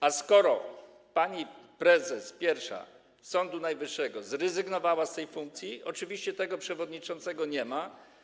A skoro pani pierwsza prezes Sądu Najwyższego zrezygnowała z tej funkcji, to oczywiście tego przewodniczącego nie ma.